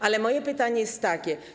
Ale moje pytanie jest takie.